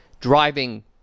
driving